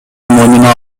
мойнуна